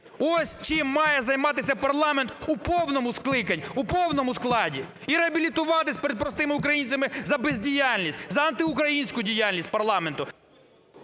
Ось чим має займатися парламент у повному… складі і реабілітуватися перед простими українцями за бездіяльність, за антиукраїнську діяльність парламенту.